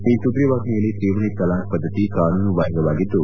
ಈ ಸುಗ್ರೀವಾಜ್ವೆಯಲ್ಲಿ ತ್ರಿವಳಿ ತಲಾಖ್ ಪದ್ದತಿ ಕಾನೂನುಬಾಹಿರವಾಗಿದ್ದು